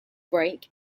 break